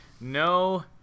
no